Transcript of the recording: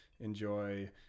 enjoy